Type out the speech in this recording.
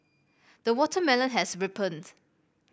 the watermelon has ripened